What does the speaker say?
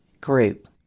group